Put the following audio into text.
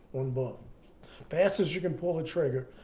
um but fastest you can pull the trigger,